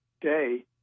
day